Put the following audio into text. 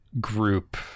group